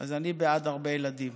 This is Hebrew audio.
אז אני בעד הרבה ילדים.